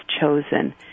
chosen